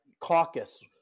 caucus